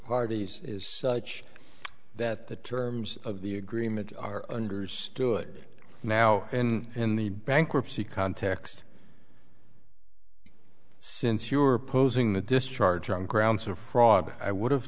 parties is such that the terms of the agreement are understood now and the bankruptcy context since you were posing the discharge wrong grounds for fraud i would